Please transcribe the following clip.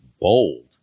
bold